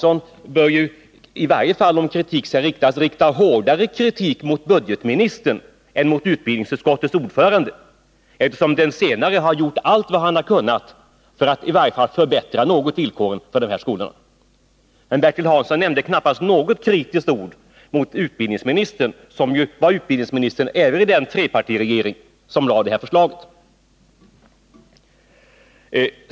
Om kritik skall framföras, bör den riktas hårdare mot utbildningsministern än mot utbildningsutskottets ordförande, eftersom den senare har gjort allt vad han har kunnat för att i varje fall något förbättra villkoren för skolorna. Men Bertil Hansson nämnde knappast något kritiskt ord mot utbildningsministern, som var utbildningsminister även i den trepartiregering som lade fram förslaget.